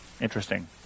Interesting